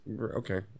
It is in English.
okay